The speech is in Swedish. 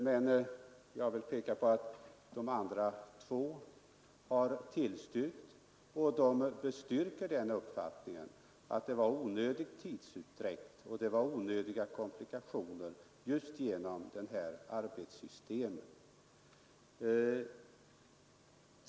Men jag vill peka på att de andra två har tillstyrkt, och det bestyrker den uppfattningen att det förekommit en onödig tidsutdräkt och onödiga komplikationer just på grund av det nuvarande systemet.